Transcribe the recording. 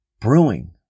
Brewing